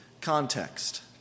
context